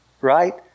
right